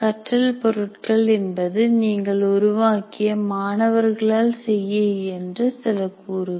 கற்றல் பொருட்கள் என்பது நீங்கள் உருவாக்கிய மாணவர்களால் செய்ய இயன்ற சில கூறுகள்